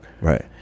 Right